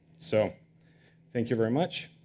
so thank you very much.